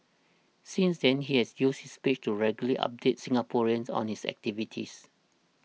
since then he has used his page to regularly update Singaporeans on his activities